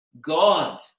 God